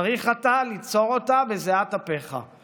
צריך אתה ליצור אותה בזיעת אפיך".